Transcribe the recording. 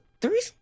three-